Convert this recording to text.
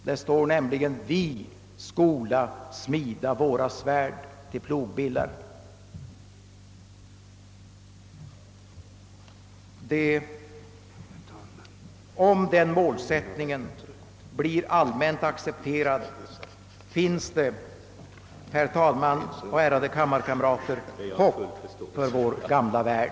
Det står nämligen: »Vi skola smida våra svärd till pogbillar och våra spjut till vingårdsknivar.» Om den målsättningen blir allmänt accepterad, finns det, herr talman och ärade kammarkamrater, hopp för vår gamla värld.